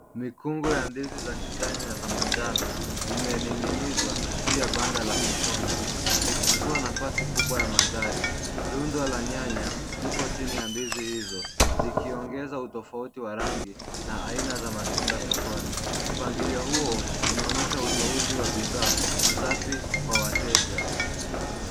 Mikungu ya ndizi za kijani na za manjano zimening'inizwa juu ya banda la sokoni, zikichukua nafasi kubwa ya mandhari. Rundwa la nyanya lipo chini ya ndizi hizo, likiongeza utofauti wa rangi na aina za matunda sokoni. Mpangilio huo unaonyesha utouzi wa bidhaa, safi, kwa wateja.